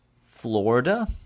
Florida